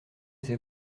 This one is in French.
c’est